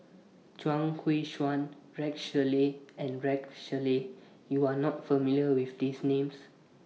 Chuang Hui Tsuan Rex Shelley and Rex Shelley YOU Are not familiar with These Names